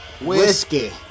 Whiskey